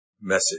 message